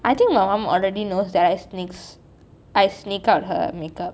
I think my mum already knows that I sneak I sneak out her makeup